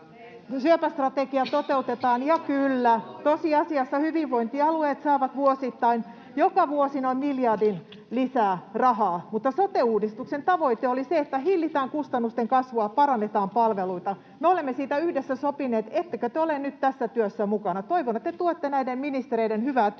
syöpästrategia toteutetaan. Ja kyllä, tosiasiassa hyvinvointialueet saavat vuosittain joka vuosi noin miljardin lisää rahaa. Mutta sote-uudistuksen tavoite oli se, että hillitään kustannusten kasvua, parannetaan palveluita. Me olemme siitä yhdessä sopineet. Ettekö te ole nyt tässä työssä mukana? Toivon, että tuette näiden ministereiden hyvää työtä.